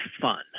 fun